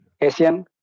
Asian